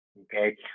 Okay